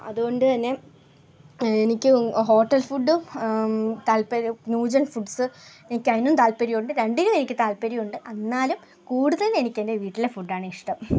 അതുകൊണ്ട് തന്നെ എനിക്ക് ഹോട്ടൽ ഫുഡ്ഡും താല്പര്യം ന്യൂജെൻ ഫുഡ്സ്സ് എനിക്ക് അതിനും താൽപര്യമുണ്ട് രണ്ടിനും എനിക്ക് താല്പര്യമുണ്ട് എന്നാലും കൂടുതൽ എനിക്ക് എന്റെ വീട്ടിലെ ഫുഡ്ഡാണ് ഇഷ്ടം